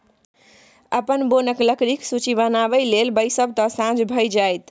अपन बोनक लकड़ीक सूची बनाबय लेल बैसब तँ साझ भए जाएत